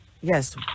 Yes